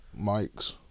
mics